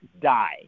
die